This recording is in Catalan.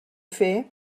fer